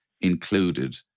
included